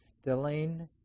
stilling